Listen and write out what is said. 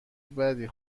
بدی